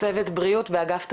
צוות בריאות באגף תקציבים.